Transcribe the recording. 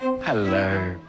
Hello